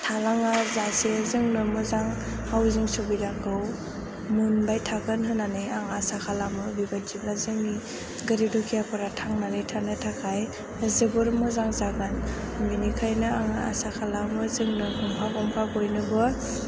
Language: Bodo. थालाङा जासे जोंनो मोजां हाउसिंं सुबिदाखौ मोनबाय थागोन होननानै आं आसा खालामो बेबायदिब्ला जोंनि गोरिब दुखियाफोरा थांनानै थानो थाखाय जोबोर मोजां जागोन बेनिखायनो आं आसा खालामो जे जोंनो गंफा गंफा बयनोबो